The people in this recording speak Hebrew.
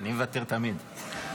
אני תמיד מוותר.